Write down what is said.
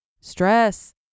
Stress